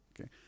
okay